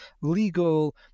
legal